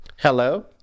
Hello